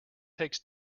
takes